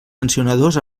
sancionadors